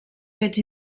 fets